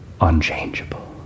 unchangeable